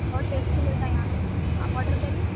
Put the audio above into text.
بہت ٹیسٹی مِلتا ہے یہاں پہ آپ آرڈر کرئے